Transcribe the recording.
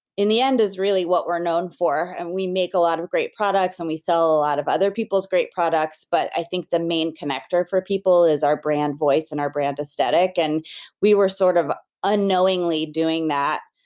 in the end, is really what we're known for, and we make a lot of great products, and we sell a lot of other people's great products, but i think the main connector for people is our brand voice, and our brand aesthetic and we were sort of unknowingly doing that,